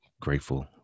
Grateful